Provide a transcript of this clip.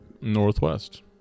Northwest